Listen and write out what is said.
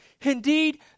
Indeed